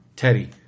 Teddy